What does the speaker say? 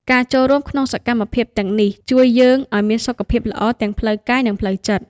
ការចូលរួមក្នុងសកម្មភាពទាំងនេះ ជួយយើងឲ្យមានសុខភាពល្អទាំងផ្លូវកាយ និងផ្លូវចិត្ត។